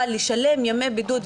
אבל לשלם ימי בידוד,